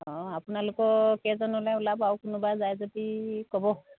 অঁ আপোনালোকৰ কেইজন ওলাই ওলাব আৰু কোনোবা যায় যদি ক'ব